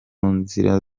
nzira